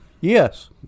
Yes